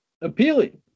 appealing